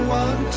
one